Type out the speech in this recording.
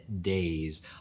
days